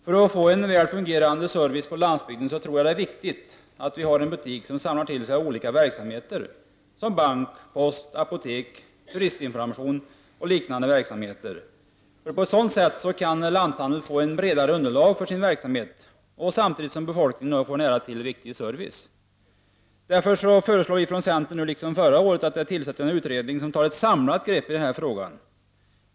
För att få en väl fungerande service på landsbygden tror jag att det är viktigt att vi har butiker som drar till sig olika verksamheter, som t.ex. bank, post, apotek, turistinformation m.m. På ett sådant sätt kan lanthandeln få ett bredare underlag för sin verksamhet, samtidigt som befolkningen får nära till viktig service. Vi föreslår därför från centern, liksom förra året, att det tillsätts en utredning som tar ett samlat grepp i denna fråga.